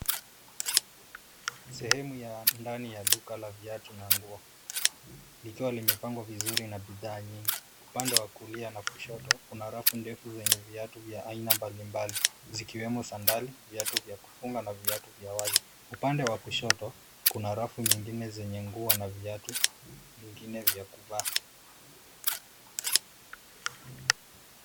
Sehemu ya ndani ya duka la viatu na nguo. Likiwa limepangwa vizuri na bidhaa nyingi. Upande wa kulia na kushoto, kuna rafu ndefu zenye viatu vya aina mbalimbali, zikiwemo sandali, viatu vya kufunga na viatu vya wazi. Upande wa kushoto, kuna rafu nyingine zenye nguo na viatu vingine vya kuvaa.